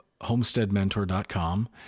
homesteadmentor.com